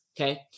okay